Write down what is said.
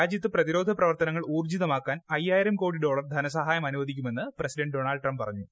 രാജ്യത്ത് പ്രതിരോധ പ്രവർത്തനങ്ങൾ ഊർജ്ജിതമാക്കാൻ അയ്യായിരം കോടി ഡോളർ ധനസഹായം അനുവദിക്കുമെന്ന് പ്രസിഡന്റ് ഡോണൾഡ് ട്രംപ് പറഞ്ഞു